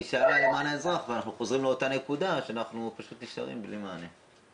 היא שאלה למען האזרח ואנחנו חוזרים לאותה נקודה שאנחנו נשארים בלי מענה.